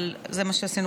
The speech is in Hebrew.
אבל זה מה שעשינו,